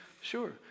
Sure